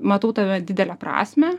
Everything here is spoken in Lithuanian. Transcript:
matau tame didelę prasmę